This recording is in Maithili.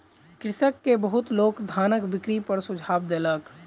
कृषक के बहुत लोक धानक बिक्री पर सुझाव देलक